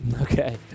Okay